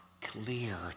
clear